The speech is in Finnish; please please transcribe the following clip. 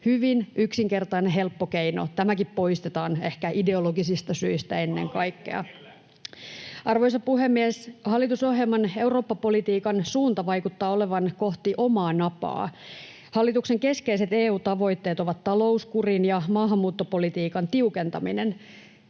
hyvin yksinkertainen ja helppo keino, joka poistetaan ehkä ennen kaikkea ideologisista syistä. [Oikealta: Kallis kunnille!] Arvoisa puhemies! Hallitusohjelman Eurooppa-politiikan suunta vaikuttaa olevan kohti omaa napaa. Hallituksen keskeiset EU-tavoitteet ovat talouskurin ja maahanmuuttopolitiikan tiukentaminen.